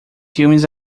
filmes